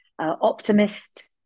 optimist